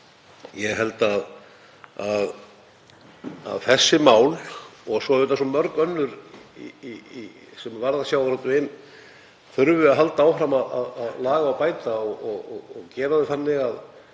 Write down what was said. Ég held að þessi mál og svo mörg önnur sem varða sjávarútveginn þurfum við að halda áfram að laga og bæta og gera þau þannig að